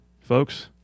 Folks